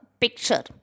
picture